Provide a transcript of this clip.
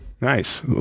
Nice